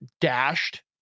dashed